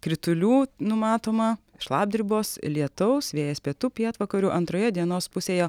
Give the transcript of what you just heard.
kritulių numatoma šlapdribos lietaus vėjas pietų pietvakarių antroje dienos pusėje